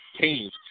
teams